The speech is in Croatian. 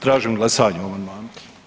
Tražim glasanje o amandmanu.